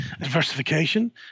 diversification